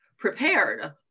prepared